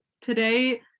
today